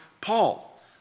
Paul